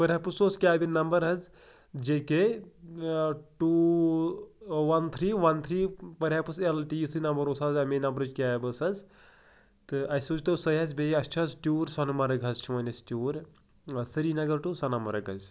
perhaps اوس cab number حظ J K two one three one three perhaps L T یُتھُے number اوس حظ اَمے نمبرٕچ کیب ٲسۍ حظ تہٕ اَسہِ سوٗزۍ تو سۄے حظ بیٚیہِ اَسہِ چھِ حظ ٹیوٗر سۄنہٕ مرٕگ حظ چھِ ونۍ اَسہِ حظ tour Srinagar to Sonamarg حظ